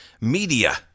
Media